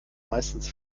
meistens